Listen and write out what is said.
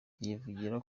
yivugira